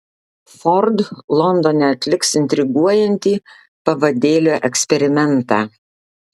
ford londone atliks intriguojantį pavadėlio eksperimentą